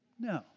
No